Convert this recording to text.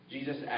Jesus